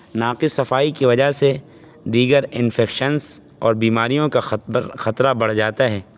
ناقص صفائی کی وجہ سے دیگر انفکشنس اور بیماریوں کا خطرہ بڑھ جاتا ہے